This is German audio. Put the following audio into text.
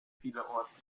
vielerorts